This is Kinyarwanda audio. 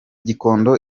gikondo